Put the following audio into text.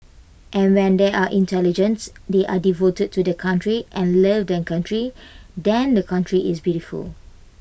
and when they are intelligent they are devoted to their country and love their country then the country is beautiful